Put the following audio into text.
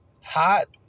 Hot